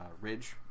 ridge